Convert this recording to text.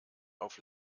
auf